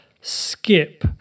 skip